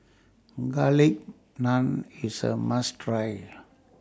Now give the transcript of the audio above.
Garlic Naan IS A must Try